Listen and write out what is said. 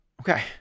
Okay